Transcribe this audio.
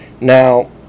Now